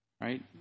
right